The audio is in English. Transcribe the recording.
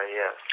yes